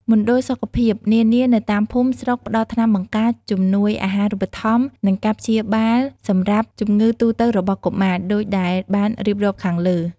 មណ្ឌលសុខភាពនានានៅតាមភូមិ ស្រុក ផ្តល់ថ្នាំបង្ការ ជំនួយអាហារូបត្ថម្ភ និងការព្យាបាលសម្រាប់ជំងឺទូទៅរបស់កុមារ ដូចដែលបានរៀបរាប់ខាងលើ។